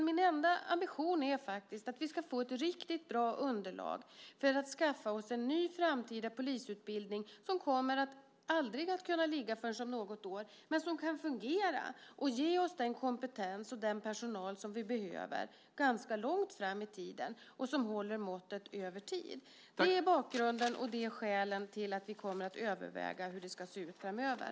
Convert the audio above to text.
Min enda ambition är att vi ska få ett riktigt bra underlag för att kunna ta fram en ny polisutbildning - den kommer inte att föreligga förrän om kanske något år - som fungerar och ger oss den kompetens och den personal som vi behöver och som håller måttet under ganska lång tid framåt. Det är bakgrunden och skälen till att vi kommer att överväga hur det hela ska se ut framöver.